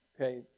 Okay